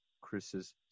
Chris's